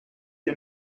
ihr